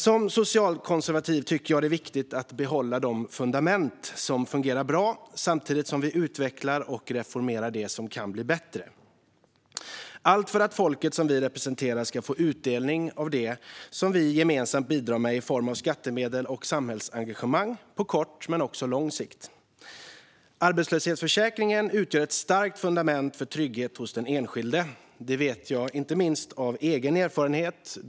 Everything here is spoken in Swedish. Som socialkonservativ tycker jag att det är viktigt att behålla de fundament som fungerar bra samtidigt som vi utvecklar och reformerar det som kan bli bättre - allt för att folket som vi representerar ska få utdelning av det som vi gemensamt bidrar med i form av skattemedel och samhällsengagemang på kort men också på lång sikt. Arbetslöshetsförsäkringen utgör ett starkt fundament för trygghet hos den enskilde. Det vet jag inte minst av egen erfarenhet.